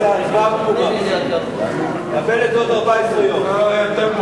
להסיר מסדר-היום את הצעת חוק הגנת הצרכן (תיקון,